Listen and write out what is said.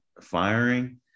firing